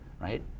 right